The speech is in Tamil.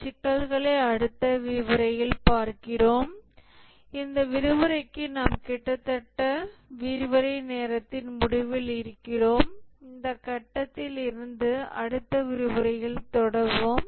இந்த சிக்கல்களை அடுத்த விரிவுரையில் பார்க்கிறோம் இந்த விரிவுரைக்கு நாம் கிட்டத்தட்ட விரிவுரை நேரத்தின் முடிவில் இருக்கிறோம் இந்த கட்டத்தில் இருந்து அடுத்த விரிவுரையில் தொடருவோம்